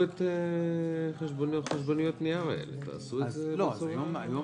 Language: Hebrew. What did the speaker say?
את חשבוניות הנייר האלה ותעשו את זה בצורה -- אז לא היום